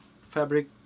fabric